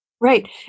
Right